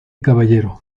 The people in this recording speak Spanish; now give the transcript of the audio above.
caballero